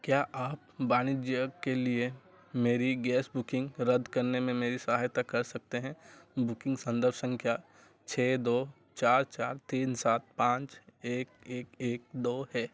क्या आप वाणिज्यक के लिए मेरी गैस बुकिंग रद्द करने में मेरी सहायता कर सकते हैं बुकिंग संदर्भ संख्या छः दो चार चार तीन सात पाँच एक एक एक दो है